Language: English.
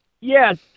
Yes